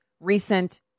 recent